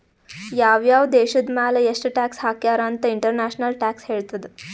ಯಾವ್ ಯಾವ್ ದೇಶದ್ ಮ್ಯಾಲ ಎಷ್ಟ ಟ್ಯಾಕ್ಸ್ ಹಾಕ್ಯಾರ್ ಅಂತ್ ಇಂಟರ್ನ್ಯಾಷನಲ್ ಟ್ಯಾಕ್ಸ್ ಹೇಳ್ತದ್